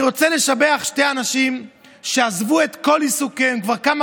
אני רוצה לשבח שני אנשים שעזבו את כל עיסוקיהם כבר כמה